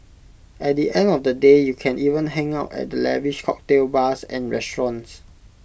at the end of the day you can even hang out at the lavish cocktail bars and restaurants